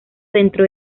dentro